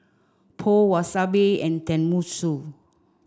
Pho Wasabi and Tenmusu